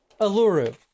Aluru